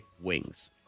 wings